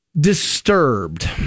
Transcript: disturbed